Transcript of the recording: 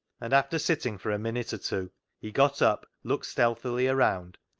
and after sitting for a minute or two he got up, looked stealthily around,